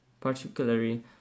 particularly